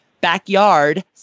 backyard